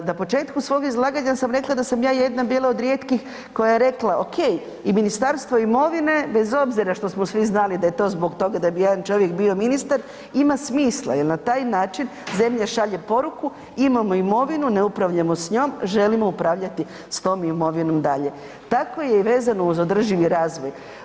Na početku svog izlaganja sam rekla da sam ja jedna bila od rijetkih koja je rekla ok, i Ministarstvo imovine bez obzira što smo svi znali da je to zbog toga da bi jedan čovjek bio ministar ima smisla jer na taj način zemlja šalje poruku, imamo imovinu ne upravljamo s njom, želimo upravljati s tom imovinom dalje, tako je vezano uz održivi razvoj.